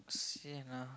sian ah